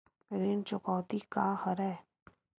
ऋण चुकौती का हरय?